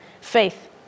faith